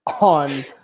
on